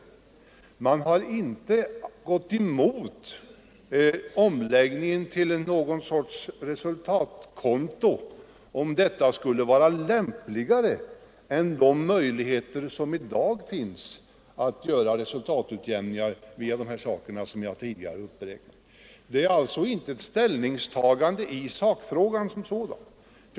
Majoriteten har inte gått emot omläggningen till någon sorts resultatkonto — om det skulle vara lämpligare än de möjligheter som i dag finns, och som jag tidigare uppräknat, att göra resultatutjämning. Vi har alltså inte tagit ställning i sakfrågan som sådan.